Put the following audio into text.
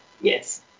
Yes